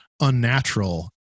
unnatural